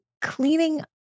cleaning